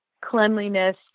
cleanliness